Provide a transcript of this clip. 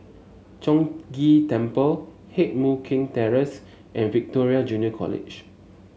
Chong Ghee Temple Heng Mui Keng Terrace and Victoria Junior College